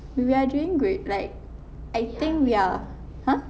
we're doing great like I think we are !huh!